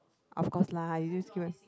of course lah are you serious